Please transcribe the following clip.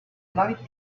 like